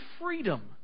freedom